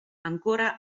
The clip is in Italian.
ancora